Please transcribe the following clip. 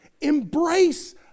Embrace